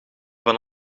van